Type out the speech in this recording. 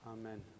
Amen